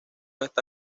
está